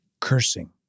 cursing